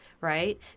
right